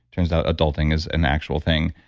turns out adulting is an actual thing,